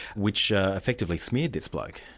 which effectively smeared this bloke.